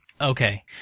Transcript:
Okay